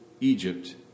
Egypt